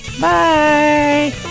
Bye